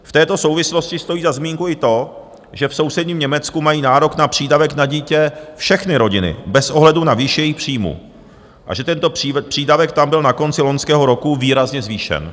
V této souvislosti stojí za zmínku i to, že v sousedním Německu mají nárok na přídavek na dítě všechny rodiny bez ohledu na výši jejich příjmů a že tento přídavek tam byl na konci loňského roku výrazně zvýšen.